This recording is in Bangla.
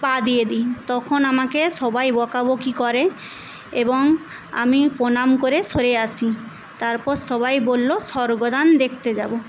পা দিয়ে দিই তখন আমাকে সবাই বকাবকি করে এবং আমি প্রণাম করে সরে আসি তারপর সবাই বলল স্বর্গদান দেখতে যাবো